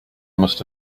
must